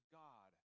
god